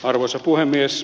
arvoisa puhemies